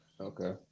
Okay